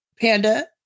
Panda